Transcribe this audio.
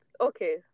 Okay